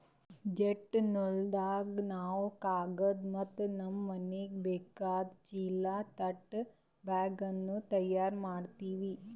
jute ನೂಲ್ದಾಗ್ ನಾವ್ ಕಾಗದ್ ಮತ್ತ್ ನಮ್ಮ್ ಮನಿಗ್ ಬೇಕಾದ್ ಚೀಲಾ ತಟ್ ಬ್ಯಾಗ್ನು ತಯಾರ್ ಮಾಡ್ತೀವಿ